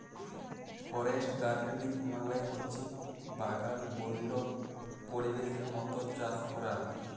forest গাড়েলিং মালে হছে বাগাল বল্য পরিবেশের মত চাষ ক্যরা